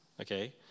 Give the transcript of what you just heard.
okay